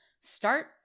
start